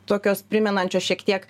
tokios primenančios šiek tiek